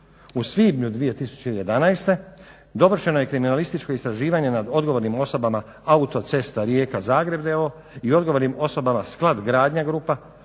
U svibnju 2011. dovršeno je kriminalističko istraživanje nad odgovornim osobama Autocesta Rijeka – Zagreb d.o.o. i odgovornim osobama Sklad gradnja grupa